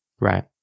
Right